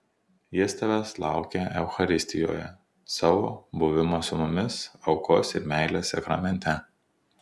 jis tavęs laukia eucharistijoje savo buvimo su mumis aukos ir meilės sakramente